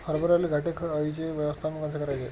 हरभऱ्यावरील घाटे अळीचे व्यवस्थापन कसे करायचे?